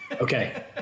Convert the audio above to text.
Okay